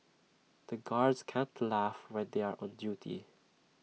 the guards can't laugh when they are on duty